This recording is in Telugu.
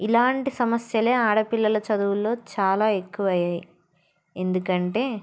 ఇలాంటి సమస్యలే ఆడపిల్లల చదువుల్లో చాలా ఎక్కువయ్యాయి ఎందుకంటే